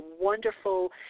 wonderful